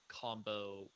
combo